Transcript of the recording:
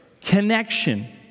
Connection